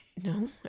no